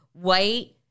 white